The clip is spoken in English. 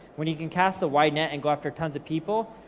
when you can cast a wide net and go after tons of people,